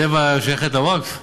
טבע שייכת לווקף?